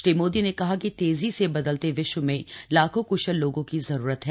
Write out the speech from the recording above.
श्री मोदी ने कहा कि तेजी से बदलते विश्व में लाखों कुशल लोगों की जरूरत है